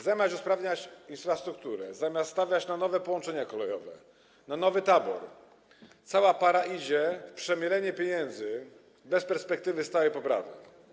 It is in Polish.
Zamiast usprawniać infrastrukturę, zamiast stawiać na nowe połączenia kolejowe, na nowy tabor, cała para idzie w przemielenie pieniędzy bez perspektywy stałej poprawy.